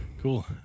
Cool